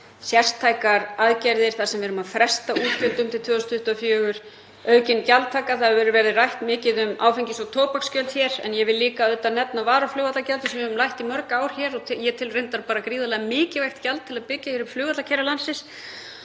sértækar aðgerðir þar sem við erum að fresta útgjöldum til 2024, aukin gjaldtaka. Það hefur verið rætt mikið um áfengis- og tóbaksgjöld hér en ég vil líka nefna varaflugvallargjaldið sem við höfum rætt í mörg ár og ég tel reyndar gríðarlega mikilvægt gjald til að byggja upp flugvallarkerfi landsins